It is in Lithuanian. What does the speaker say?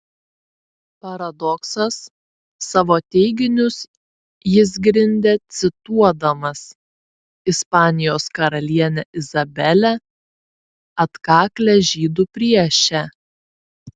paradoksas savo teiginius jis grindė cituodamas ispanijos karalienę izabelę atkaklią žydų priešę